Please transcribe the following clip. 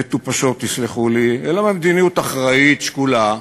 מטופשות, תסלחו לי, אלא ממדיניות אחראית, שקולה,